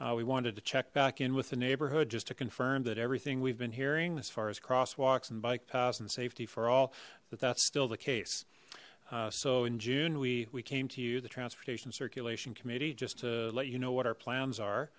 summer we wanted to check back in with the neighborhood just to confirm that everything we've been hearing as far as crosswalks and bike paths and safety for all but that's still the case so in june we we came to you the transportation circulation committee just to let you know what our plans are